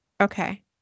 Okay